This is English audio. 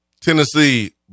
Tennessee